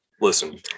Listen